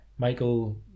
Michael